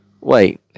Wait